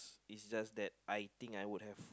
it's just that I think I would have